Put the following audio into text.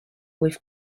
with